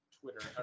Twitter